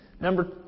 Number